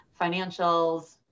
financials